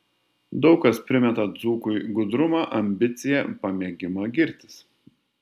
daug kas primeta dzūkui gudrumą ambiciją pamėgimą girtis